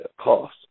cost